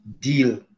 deal